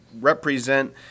represent